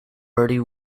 bertie